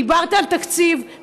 דיברת על תקציב,